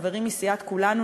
החברים מסיעת כולנו,